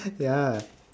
ya